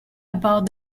about